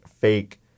fake